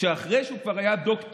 שאחרי שהוא כבר היה דוקטור,